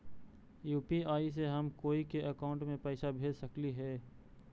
UPI से हम कोई के अकाउंट में पैसा भेज सकली ही?